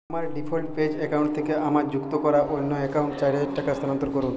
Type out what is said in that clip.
আমার default PayZapp account থেকে আমার যুক্ত করা অন্য অ্যাকাউন্টে চার হাজার টাকা স্থানান্তর করুন